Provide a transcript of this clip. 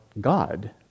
God